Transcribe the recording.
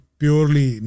purely